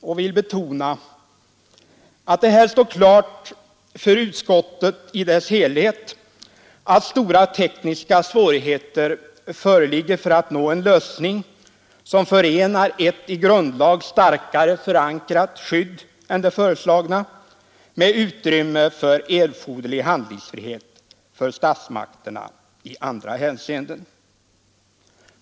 Jag vill betona att det här står klart för utskottet i dess helhet att stora tekniska svårigheter föreligger att nå en lösning som förenar ett i grundlag starkare förankrat skydd än det föreslagna med utrymme för erforderlig handlingsfrihet för statsmakterna i andra hänseenden.